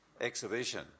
exhibition